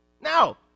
Now